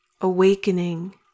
Awakening